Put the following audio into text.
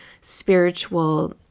spiritual